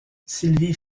sylvie